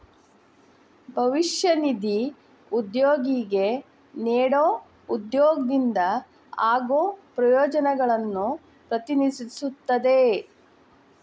ಭವಿಷ್ಯ ನಿಧಿ ಉದ್ಯೋಗಿಗೆ ನೇಡೊ ಉದ್ಯೋಗದಿಂದ ಆಗೋ ಪ್ರಯೋಜನಗಳನ್ನು ಪ್ರತಿನಿಧಿಸುತ್ತದೆ